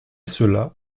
cela